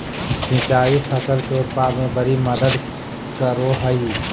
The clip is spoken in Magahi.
सिंचाई फसल के उत्पाद में बड़ी मदद करो हइ